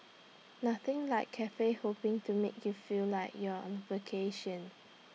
nothing like Cafe hopping to make you feel like you're on A vacation